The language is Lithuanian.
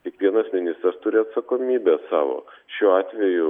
kiekvienas ministras turi atsakomybę savo šiuo atveju